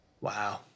Wow